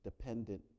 dependent